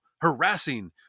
harassing